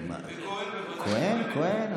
כוהן, כוהן.